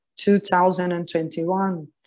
2021